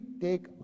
take